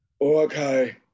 okay